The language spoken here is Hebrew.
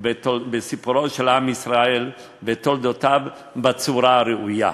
של עם ישראל, בתולדותיו, בצורה הראויה.